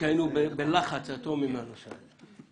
כי היינו בלחץ אטומי מהנושא הזה...